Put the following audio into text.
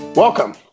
Welcome